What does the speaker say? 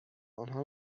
آنها